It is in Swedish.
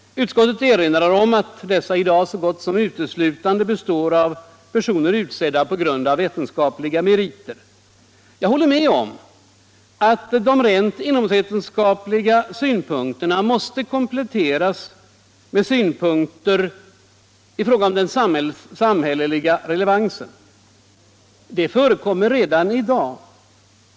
Utskottet erinrar om att dessa i dag så gott som uteslutande består av personer utsedda på grund av vetenskapliga meriter. Jag håller med om att rent inomvetenskapliga synpunkter måste kompletteras med synpunkter i fråga om den samhälleliga relevansen. Det förekommer redan i dag.